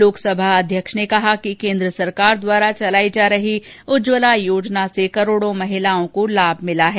लोकसभा अध्यक्ष ओम बिरला ने कहा कि केन्द्र सरकार द्वारा चलाई जा रही उज्जवला योजना से करोड़ों महिलाओं को लाभ मिला है